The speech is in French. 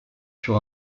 sur